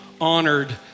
honored